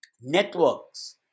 networks